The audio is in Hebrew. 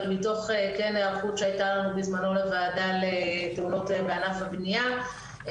אבל מתוך היערכות שהיתה בזמנו לוועדה לתאונות בענף הבנייה,